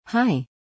Hi